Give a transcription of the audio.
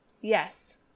Yes